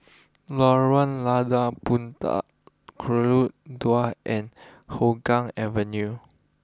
Lorong Lada Puteh Dua and Hougang Avenue